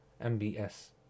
MBS